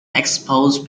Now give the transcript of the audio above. expose